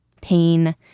pain